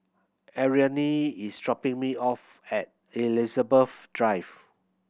Ariane is dropping me off at Elizabeth Drive